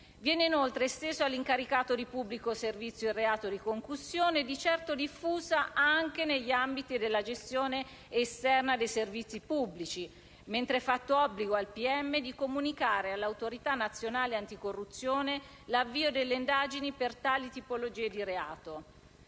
Viene, inoltre, esteso all'incaricato di pubblico servizio il reato di concussione, di certo diffusa anche negli ambiti della gestione esterna dei servizi pubblici, mentre è fatto obbligo al pm di comunicare all'Autorità nazionale anticorruzione l'avvio delle indagini per tali tipologie di reati.